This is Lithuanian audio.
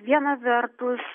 viena vertus